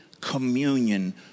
communion